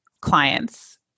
clients